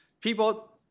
people